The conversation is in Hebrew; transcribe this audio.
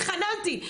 התחננתי,